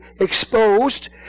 exposed